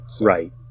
Right